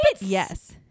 Yes